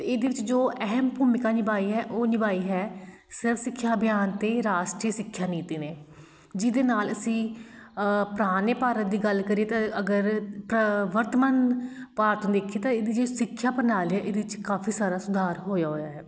ਅਤੇ ਇਹਦੇ ਵਿੱਚ ਜੋ ਅਹਿਮ ਭੂਮਿਕਾ ਨਿਭਾਈ ਹੈ ਉਹ ਨਿਭਾਈ ਹੈ ਸਰਵ ਸਿੱਖਿਆ ਅਭਿਆਨ ਅਤੇ ਰਾਸ਼ਟਰੀ ਸਿੱਖਿਆ ਨੀਤੀ ਨੇ ਜਿਹਦੇ ਨਾਲ ਅਸੀਂ ਪੁਰਾਣੇ ਭਾਰਤ ਦੀ ਗੱਲ ਕਰੀਏ ਤਾਂ ਅ ਅਗਰ ਘ ਵਰਤਮਾਨ ਭਾਰਤ ਨੂੰ ਦੇਖੀਏ ਤਾਂ ਇਹਦੀ ਜਿਹੜੀ ਸਿੱਖਿਆ ਪ੍ਰਣਾਲੀ ਹੈ ਇਹਦੇ ਵਿੱਚ ਕਾਫੀ ਸਾਰਾ ਸੁਧਾਰ ਹੋਇਆ ਹੋਇਆ ਹੈ